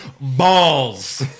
balls